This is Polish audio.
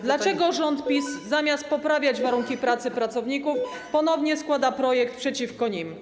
Dlaczego rząd PiS, zamiast poprawiać warunki pracy pracowników, ponownie składa projekt przeciwko nim?